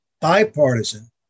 Bipartisan